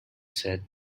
said